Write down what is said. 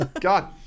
God